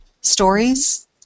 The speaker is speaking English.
stories